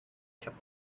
kept